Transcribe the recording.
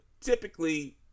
typically